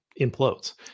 implodes